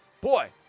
boy